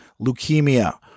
leukemia